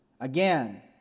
Again